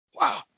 Wow